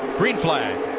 green flag.